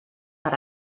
per